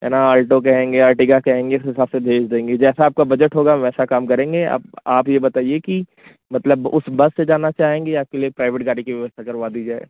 है न ऑल्टो कहेंगे अर्टिगा कहेंगे उस हिसाब से भेज देंगे जैसा आपको बजट होगा वैसा काम करेंगे अब आप ये बताईये कि मतलब उस बस से जाना चाहेंगे या आपके लिए प्राइवेट गाड़ी की व्यवस्था करवा दी जाए